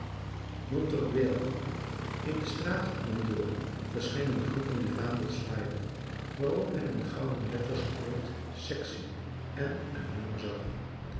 montorgueil in de straat mandor verschenen groepen die vaandels zwaaiden waarop men in gouden letters het woord sectie met een nummer zag